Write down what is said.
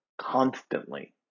constantly